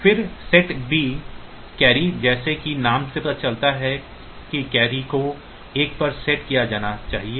फिर SETB carry जैसा कि नाम से पता चलता है कि कैरी को एक पर सेट किया जाना चाहिए